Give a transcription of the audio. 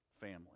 family